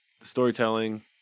Storytelling